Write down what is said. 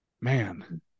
man